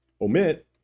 omit